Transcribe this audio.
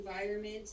environment